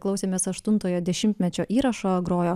klausėmės aštuntojo dešimtmečio įrašo grojo